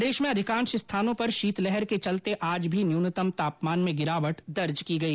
प्रदेश में अधिकांश स्थानों पर शीतलहर के चलते आज भी न्यूनतम तापमान में गिरावट दर्ज की गई